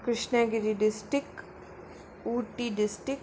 Krishnagiri district Ooty district